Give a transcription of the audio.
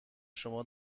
شما